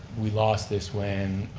we lost this when.